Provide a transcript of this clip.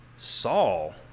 Saul